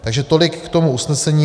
Takže tolik k tomu usnesení.